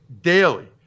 Daily